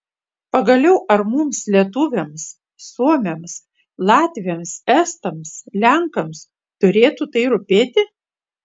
pagaliau ar mums lietuviams suomiams latviams estams lenkams turėtų tai rūpėti